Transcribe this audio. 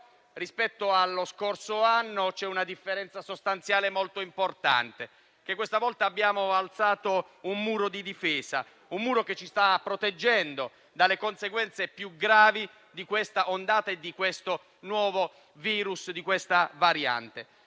Rispetto allo scorso anno c'è però una differenza sostanziale molto importante: questa volta abbiamo alzato un muro di difesa, che ci sta proteggendo dalle conseguenze più gravi di questa ondata, di questa nuova variante